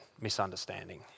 misunderstanding